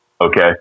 Okay